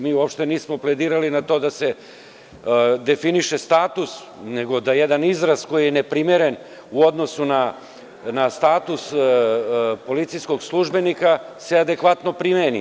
Mi uopšte nismo pledirali na to da se definiše status, nego da jedan izraz koji je neprimeren u odnosu na status policijskog službenika se adekvatno primeni.